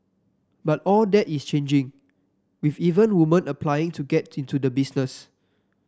but all that is changing with even women applying to get into the business